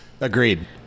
Agreed